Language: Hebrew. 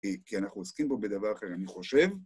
כי אנחנו עוסקים פה בדבר אחר, אני חושב